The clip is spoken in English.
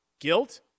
guilt